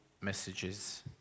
messages